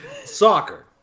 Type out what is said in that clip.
soccer